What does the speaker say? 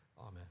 amen